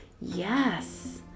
yes